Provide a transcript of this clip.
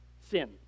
Sin